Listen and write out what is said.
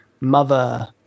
mother